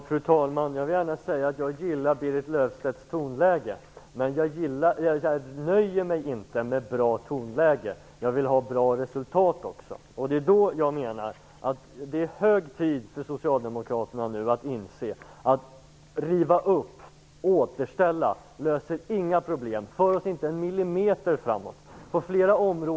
Fru talman! Jag gillar Berit Löfstedts tonläge, men jag nöjer mig inte med ett bra tonläge. Jag vill också se bra resultat. Det är hög tid för socialdemokraterna att nu inse att man inte löser några problem genom att riva upp och återställa. Det för oss inte en millimeter framåt.